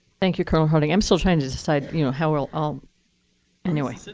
thank you, colonel harting. i'm still trying to decide you know how we'll all anyway.